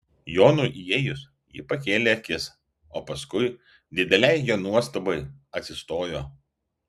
jonui įėjus ji pakėlė akis o paskui didelei jo nuostabai atsistojo